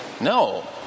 no